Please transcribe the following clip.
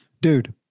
dude